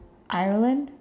Ireland